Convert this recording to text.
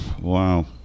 Wow